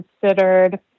considered